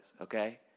okay